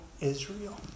Israel